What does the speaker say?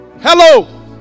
Hello